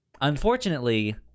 Unfortunately